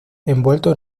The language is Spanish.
envuelto